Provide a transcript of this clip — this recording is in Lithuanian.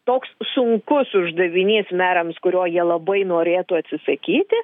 toks sunkus uždavinys merams kurio jie labai norėtų atsisakyti